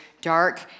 dark